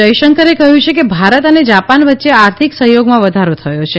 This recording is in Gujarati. જયશંકરે કહ્યું છે કે ભારત અને જાપાન વચ્ચે આર્થિક સહયોગમાં વધારો થયો છે